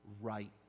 right